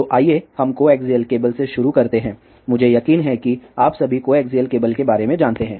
तो आइए हम कोएक्सियल केबल से शुरू करते हैं मुझे यकीन है कि आप सभी कोएक्सियल केबल के बारे में जानते हैं